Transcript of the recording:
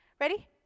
ready